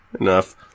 enough